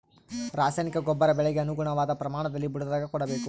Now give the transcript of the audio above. ರಾಸಾಯನಿಕ ಗೊಬ್ಬರ ಬೆಳೆಗೆ ಅನುಗುಣವಾದ ಪ್ರಮಾಣದಲ್ಲಿ ಬುಡದಾಗ ಕೊಡಬೇಕು